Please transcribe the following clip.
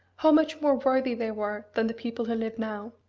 how much more worthy they were than the people who live now!